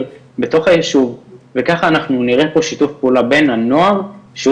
בתוך היישוב וככה אנחנו נראה פה שיתוף פעולה בין הנוער שהוא